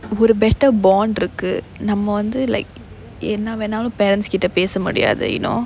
ஒரு:oru better bond இருக்கு நம்ம வந்து:irukku namma vanthu like என்ன வேணாலும்:enna venaalum parents கிட்ட பேச முடியாது:kitta pesa mudiyaathu you know